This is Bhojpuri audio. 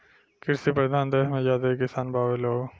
कृषि परधान देस मे ज्यादे किसान बावे लोग